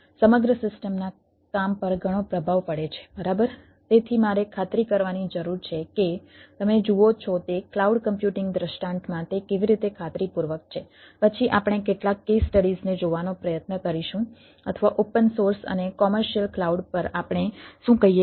માર્કેટમાં વસ્તુઓમાં વિવિધ કોમર્શિયલ ક્લાઉડ છે